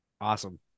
awesome